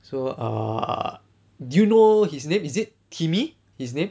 so err do you know his name is it timmy his name